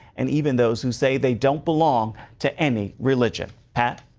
and even those who say they don't belong to any religion. pat.